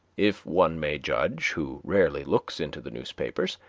if one may judge who rarely looks into the newspapers,